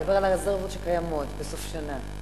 אתה מדבר על הרזרבות שקיימות בסוף שנה.